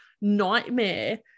nightmare